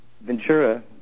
ventura